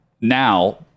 now